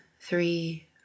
three